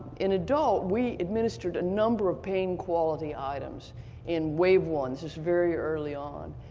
in adult, we administered a number of pain quality items in wave one, so very early on,